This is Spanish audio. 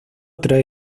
tres